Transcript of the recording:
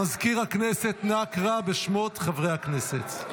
מזכיר הכנסת, נא קרא בשמות חברי הכנסת.